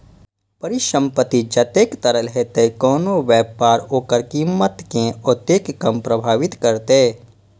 परिसंपत्ति जतेक तरल हेतै, कोनो व्यापार ओकर कीमत कें ओतेक कम प्रभावित करतै